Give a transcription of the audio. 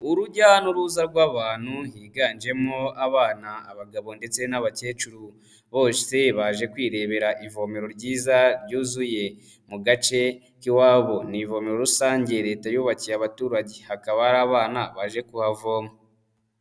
Urujya n'uruza rw'abantu higanjemwo abana, abagabo ndetse n'abakecuru, bose baje kwirebera ivomero ryiza ryuzuye mu gace k'iwabo, ni ivomero rusange Leta yubakiye abaturage, hakaba hari abana baje kuhavoma.